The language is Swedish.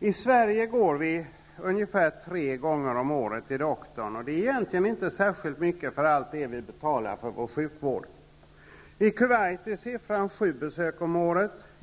I Sverige går vi ungefär tre gånger om året till doktorn, och det är egentligen inte särskilt mycket med tanke på allt vi betalar för vår sjukvård. I Kuwait är siffran sju besök om året.